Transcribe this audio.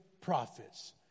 prophets